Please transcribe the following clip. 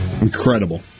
incredible